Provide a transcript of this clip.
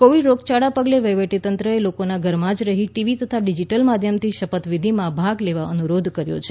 Covid રોગયાળા પગલે વહીવટીતંત્રએ લોકોને ઘરમાં જ રહી ટીવી તથા ડીજીટલ માધ્યમથી શપથવિધિમાં ભાગ લેવા અનુરોધ કર્યો છે